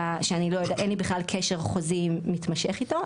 שאין לי בכלל קשר חוזי מתמשך איתו,